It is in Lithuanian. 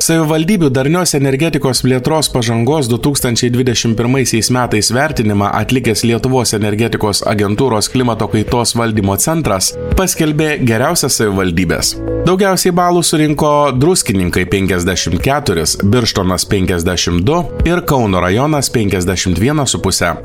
savivaldybių darnios energetikos plėtros pažangos du tūkstančiai dvidešim pirmaisiais metais metais vertinimą atlikęs lietuvos energetikos agentūros klimato kaitos valdymo centras paskelbė geriausias savivaldybes daugiausiai balų surinko druskininkai penkiasdešim keturis birštonas penkiasdešim du ir kauno rajonas penkiasdešimt vieną su puse